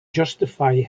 justify